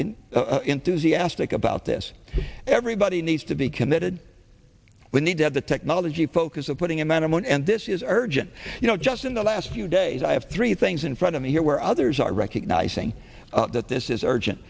enthusiastic about this everybody needs to be committed we need to have the technology focus of putting a man on one and this is urgent you know just in the last few days i have three things in front of me here where others are recognizing that this is urgent